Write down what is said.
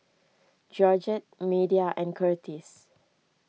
Georgette Media and Curtis